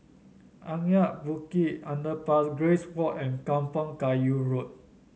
Anak Bukit Underpass Grace Walk and Kampong Kayu Road